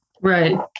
Right